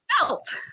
belt